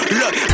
look